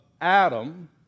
Adam